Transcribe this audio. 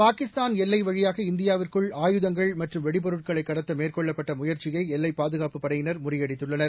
பாகிஸ்தான் எல்லை வழியாக இந்தியாவிற்குள் ஆயுதங்கள் மற்றும் வெடிபொருட்களை கடத்த மேற்கொள்ளப்பட்ட முயற்சியை எல்லைப் பாதுகாப்புப் படையினர் முறியடித்துள்ளனர்